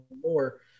more